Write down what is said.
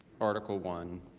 article one.